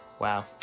wow